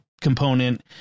component